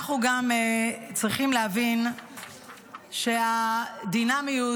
אנחנו גם צריכים להבין שיש דינמיות,